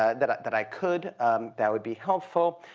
ah that that i could that would be helpful.